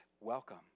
welcome